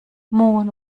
mohn